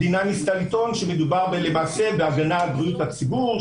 המדינה ניסתה לטעון שמדובר בהגנה על בריאות הציבור,